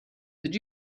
did